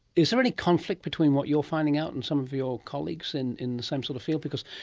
is there any conflict between what you're finding out and some of your colleagues in in the same sort of field? because,